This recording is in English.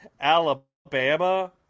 Alabama